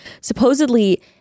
Supposedly